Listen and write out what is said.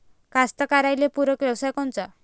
कास्तकाराइले पूरक व्यवसाय कोनचा?